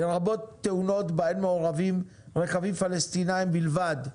לרבות תאונות בהן מעורבים רכבים פלסטינאים בלבד,